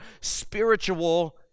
spiritual